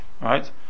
right